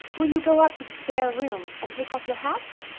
will you go up to the spare room and take off your hats?